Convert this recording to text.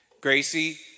Gracie